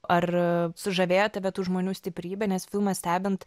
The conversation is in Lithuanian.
ar sužavėjo tave tų žmonių stiprybė nes filmą stebint